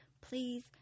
Please